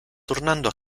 tornando